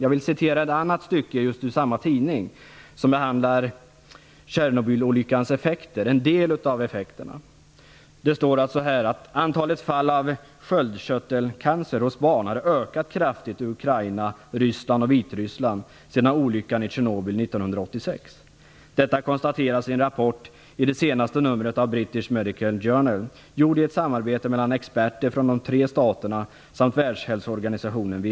Jag vill citera ett annat stycke ur samma tidning, som behandlar en del av "Antalet fall av sköldkörtelcancer hos barn har ökat kraftigt i Ukraina, Ryssland och Vitryssland sedan olyckan i Tjernobyl 1986. Detta konstateras i en rapport i det senaste numret av British Medical Journal gjord i ett samarbete mellan experter från de tre staterna samt Världshälsoorganisationen, WHO.